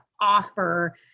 offer